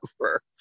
over